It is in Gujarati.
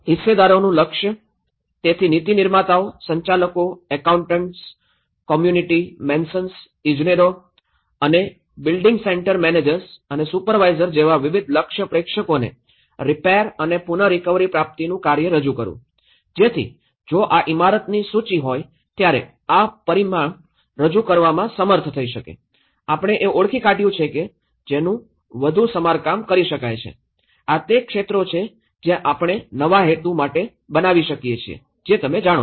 હિસ્સેદારોનું લક્ષ્ય તેથી નીતિ નિર્માતાઓ સંચાલકો એકાઉન્ટન્ટ્સ કમ્યુનિટિ મેસન્સ ઇજનેરો અને બિલ્ડિંગ સેન્ટર મેનેજર્સ અને સુપરવાઇઝર જેવા વિવિધ લક્ષ્ય પ્રેક્ષકોને રિપેર અને પુન રિકવરી પ્રાપ્તિનું કાર્ય રજૂ કરવું જેથી જો આ ઇમારતની સૂચિ હોય ત્યારે આ પરિણામ રજૂ કરવામાં સમર્થ થઈ શકે આપણે એ ઓળખી કાઢ્યું છે કે જેનું વધુ સમારકામ કરી શકાય છે આ તે ક્ષેત્રો છે જે આપણે નવા હેતુ માટે બનાવી શકીએ છીએ જે તમે જાણો છો